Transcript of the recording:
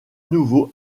nouveau